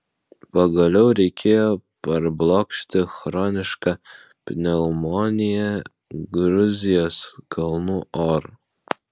pagaliau reikėjo parblokšti chronišką pneumoniją gruzijos kalnų oru